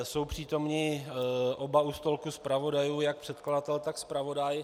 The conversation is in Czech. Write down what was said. Jsou přítomni oba u stolku zpravodajů, jak předkladatel, tak zpravodaj.